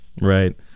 Right